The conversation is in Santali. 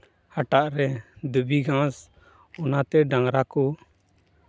ᱦᱟᱴᱟᱜ ᱨᱮ ᱫᱷᱩᱵᱤ ᱜᱷᱟᱸᱥ ᱚᱱᱟᱛᱮ ᱰᱟᱝᱨᱟ ᱠᱚ